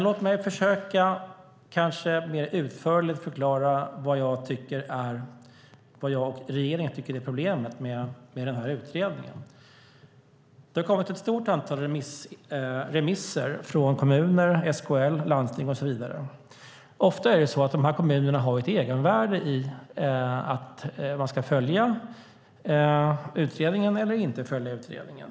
Låt mig lite mer utförligt förklara vad jag och regeringen tycker är problemet med utredningen. Det har kommit ett stort antal remissvar från kommuner, SKL, landsting och så vidare. Ofta har kommunerna ett egenintresse av att man följer eller inte följer utredningen.